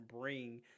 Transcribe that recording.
bring